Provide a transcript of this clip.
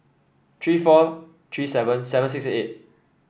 three four three seven seven six six eight